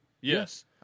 Yes